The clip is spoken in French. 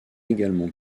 également